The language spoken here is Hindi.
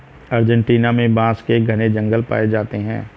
अर्जेंटीना में बांस के घने जंगल पाए जाते हैं